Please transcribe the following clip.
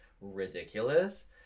ridiculous